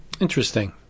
Interesting